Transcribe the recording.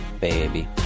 Baby